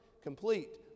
complete